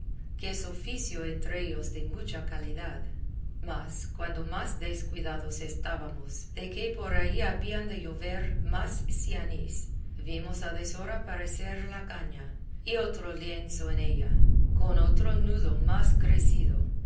que es oficio entre ellos de mucha calidad mas cuando más descuidados estábamos de que por allí habían de llover más cianíis vimos a deshora parecer la caña y otro lienzo en ella con otro nudo más crecido